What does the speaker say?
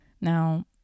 Now